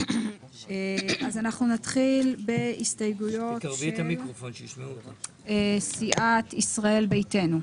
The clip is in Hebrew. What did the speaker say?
נתחיל בהסתייגויות של סיעת ישראל ביתנו.